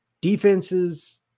Defenses